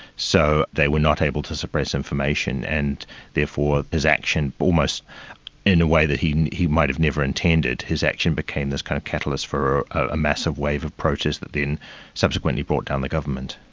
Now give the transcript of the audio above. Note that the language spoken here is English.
so they were not able to suppress information, and therefore his action, almost in a way that he and he might have never intended, his action became this kind of catalyst for a massive wave of protests that then subsequently brought down the government.